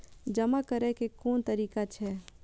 जमा करै के कोन तरीका छै?